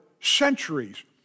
centuries